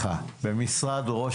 במשרד ראש